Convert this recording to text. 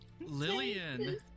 Lillian